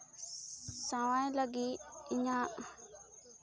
ᱥᱟᱶᱟᱭ ᱞᱟᱹᱜᱤᱫ ᱤᱧᱟᱜ